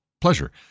pleasure